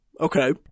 Okay